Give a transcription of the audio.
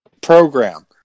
program